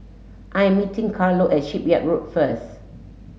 I'm meeting Carlo at Shipyard Road first